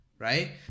Right